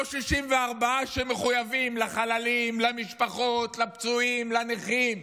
לא 64 שמחויבים לחללים, למשפחות, לפצועים, לנכים,